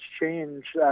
change